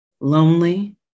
lonely